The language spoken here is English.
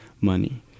money